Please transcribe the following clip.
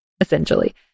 essentially